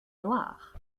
noir